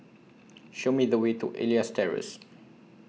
Show Me The Way to Elias Terrace